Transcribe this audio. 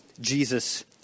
Jesus